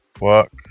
work